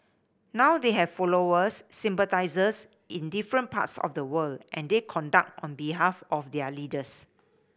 now they have followers sympathisers in different parts of the world and they conduct on behalf of their leaders